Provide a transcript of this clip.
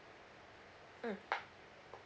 mm